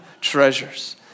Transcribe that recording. treasures